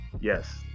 Yes